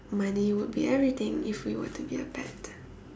money would be everything if we were to be a pet